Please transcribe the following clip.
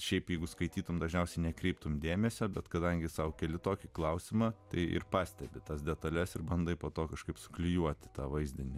šiaip jeigu skaitytumei dažniausiai nekreiptumei dėmesio bet kadangi sau keliu tokį klausimą tai ir pastebi tas detales ir bandai po to kažkaip suklijuoti vaizdinį